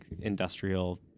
industrial